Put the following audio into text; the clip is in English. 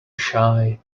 shy